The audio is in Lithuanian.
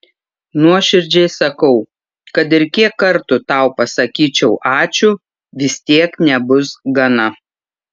nuoširdžiai sakau kad ir kiek kartų tau pasakyčiau ačiū vis tiek nebus gana